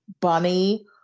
bunny